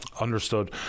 Understood